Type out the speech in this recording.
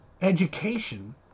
education